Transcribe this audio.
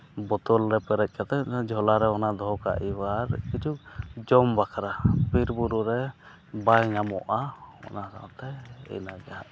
ᱵᱚᱛᱚᱞ ᱨᱮ ᱯᱮᱨᱮᱡ ᱠᱟᱛᱮ ᱡᱷᱚᱞᱟ ᱨᱮ ᱚᱱᱟ ᱫᱚᱦᱚ ᱠᱟᱜ ᱦᱩᱭᱩᱜᱼᱟ ᱟᱨ ᱠᱤᱪᱷᱩ ᱡᱚᱢ ᱵᱟᱠᱷᱨᱟ ᱵᱤᱨᱼᱵᱩᱨᱩ ᱨᱮ ᱵᱟᱝ ᱧᱟᱢᱚᱜᱼᱟ ᱚᱱᱟ ᱥᱟᱶᱛᱮ ᱤᱱᱟᱹᱜᱮ ᱱᱟᱦᱟᱜ